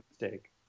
mistake